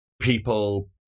people